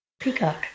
Peacock